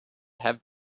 have